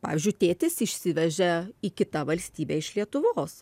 pavyzdžiui tėtis išsivežė į kitą valstybę iš lietuvos